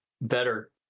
better